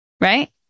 Right